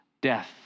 death